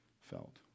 felt